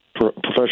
professional